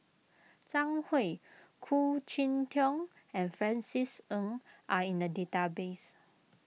Zhang Hui Khoo Cheng Tiong and Francis Ng are in the database